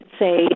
say